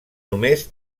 només